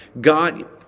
God